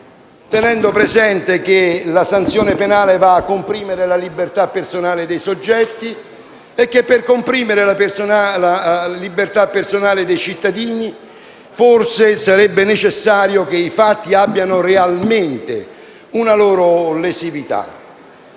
tenendo presente che la sanzione penale va a comprimere la libertà personale dei soggetti e che, per comprimere la libertà personale dei cittadini, forse sarebbe necessario che i fatti abbiano realmente una loro lesività.